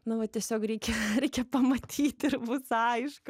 na va tiesiog reikia reikia pamatyti ir bus aišku